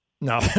no